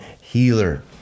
Healer